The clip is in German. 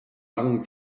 langen